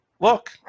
look